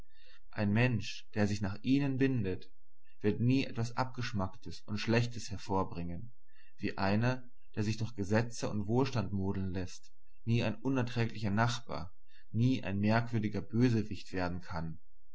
ein mensch der sich nach ihnen bildet wird nie etwas abgeschmacktes und schlechtes hervorbringen wie einer der sich durch gesetze und wohlstand modeln läßt nie ein unerträglicher nachbar nie ein merkwürdiger bösewicht werden kann